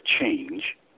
change